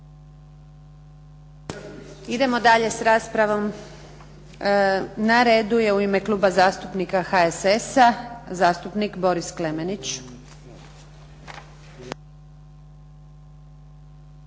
Idemo dalje s raspravom. Na redu je u ime Kluba zastupnika HSS-a, zastupnik Boris Klemenić.